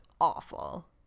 awful